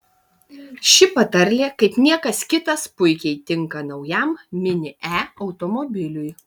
ši patarlė kaip niekas kitas puikiai tinka naujam mini e automobiliui